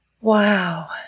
Wow